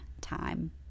time